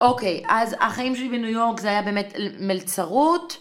אוקיי, אז החיים שלי בניו יורק זה היה באמת מלצרות.